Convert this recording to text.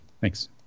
Thanks